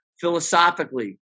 philosophically